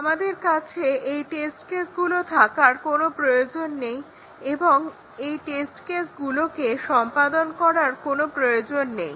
আমাদের কাছে ওই টেস্ট কেসগুলো থাকার কোনো প্রয়োজন নেই বা ওই টেস্ট কেসগুলোকে সম্পাদন করার কোনো প্রয়োজন নেই